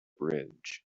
bridge